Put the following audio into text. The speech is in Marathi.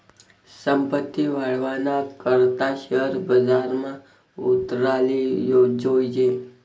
संपत्ती वाढावाना करता शेअर बजारमा उतराले जोयजे